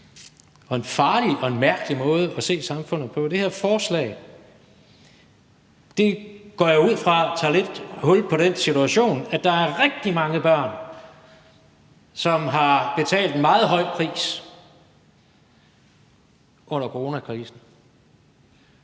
er en farlig og mærkelig måde at se samfundet på. Det her forslag går jeg ud fra tager lidt hul på at se på den situation, at der er rigtig mange børn, som har betalt en meget høj pris under coronakrisen,